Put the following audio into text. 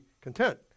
content